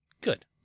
good